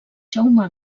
jaume